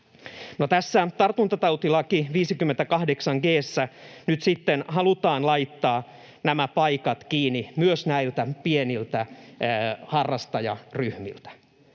tässä tartuntatautilaki 58 g §:ssä nyt sitten halutaan laittaa nämä paikat kiinni myös pieniltä harrastajaryhmiltä.